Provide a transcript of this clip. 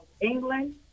England